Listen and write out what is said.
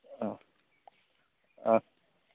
हाँ हाँ